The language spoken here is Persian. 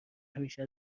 همیشه